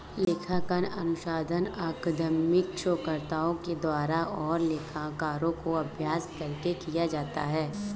लेखांकन अनुसंधान अकादमिक शोधकर्ताओं द्वारा और लेखाकारों का अभ्यास करके किया जाता है